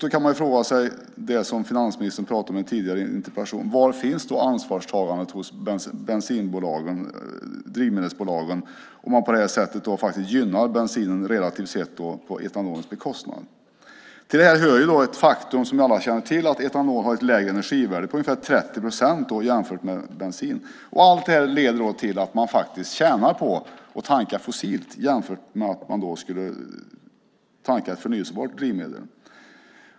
Då kan man fråga sig det som finansministern pratade om i en tidigare interpellation: Var finns ansvarstagandet hos drivmedelsbolagen om man på det här sättet gynnar bensinen relativt sett på etanolens bekostnad? Till det här hör ett faktum som vi alla känner till, nämligen att etanol har ett energivärde som är ungefär 30 procent lägre än bensin. Allt det här leder till att man faktiskt tjänar på att tanka fossilt jämfört med att tanka förnybart drivmedel.